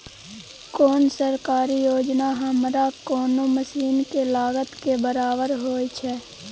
कोन सरकारी योजना हमरा कोनो मसीन के लागत के बराबर होय छै?